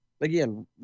Again